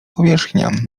powierzchnia